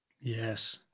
Yes